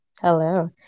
Hello